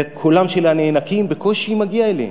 וקולם של הנאנקים בקושי מגיע אליהם.